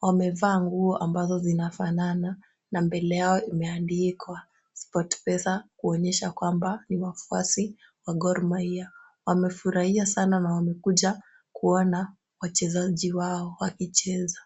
Wamevaa nguo ambazo zinafanana na mbele yao imeandikwa SportPesa kuonyesha kwamba ni wafuasi wa Gor Mahia. Wamefurahia sana na wamekuja kuona wachezaji wao wakicheza.